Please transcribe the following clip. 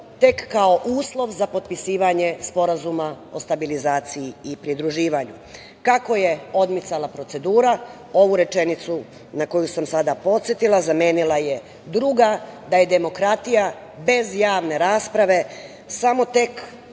tek kao uslov za potpisivanje Sporazuma o stabilizaciji i pridruživanju. Kako je odmicala procedura ovu rečenicu, na koju sam sada podsetila, zamenila je druga – da je demokratija bez javne rasprave samo tek